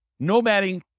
nomading